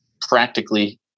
practically